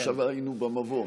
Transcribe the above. עד עכשיו היינו במבוא.